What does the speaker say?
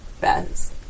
best